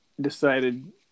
decided